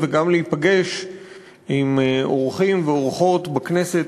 וגם להיפגש עם אורחים ואורחות בכנסת,